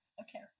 Okay